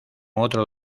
otro